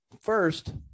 First